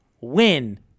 win